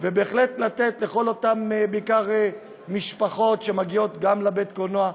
ובהחלט לתת לכל אותן משפחות שמגיעות גם לבית-הקולנוע,